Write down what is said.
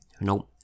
Nope